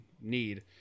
need